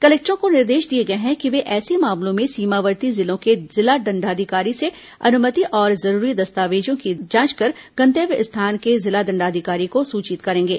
कलेक्टरों को निर्देश दिए गए हैं कि वे ऐसे मामलों में सीमावर्ती जिलों के जिला दंडाधिकारी से अनुमति और जरूरी दस्तावेजों की जांच कर गंतव्य स्थान के जिला दंडाधिकारी को सूचित करेंगे